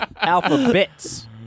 alphabets